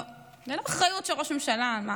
לא, זו לא אחריות של ראש ממשלה מה